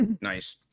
Nice